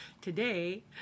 Today